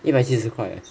一百七十块 eh